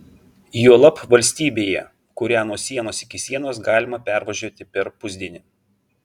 juolab valstybėje kurią nuo sienos iki sienos galima pervažiuoti per pusdienį